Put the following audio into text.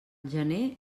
gener